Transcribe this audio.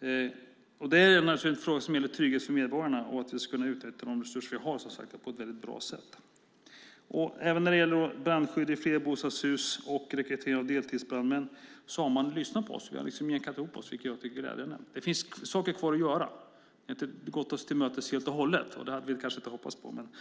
Det är naturligtvis en fråga som gäller trygghet för medborgarna och att vi ska kunna utnyttja de resurser vi har på ett bra sätt. Även när det gäller brandskydd i flerbostadshus och rekrytering av deltidsbrandmän har man lyssnat på oss. Vi har jämkat ihop oss, vilket är glädjande. Det finns saker kvar att göra. Man har inte gått oss till mötes helt och hållet, och det kanske vi inte hade väntat oss.